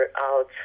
out